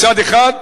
מצד אחד,